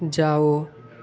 जाओ